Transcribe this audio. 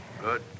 Good